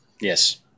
Yes